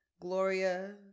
Gloria